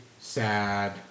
sad